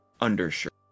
undershirt